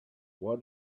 why